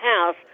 house